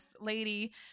lady